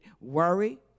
worry